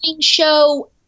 show